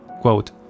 Quote